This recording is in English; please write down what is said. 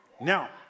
Now